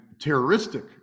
terroristic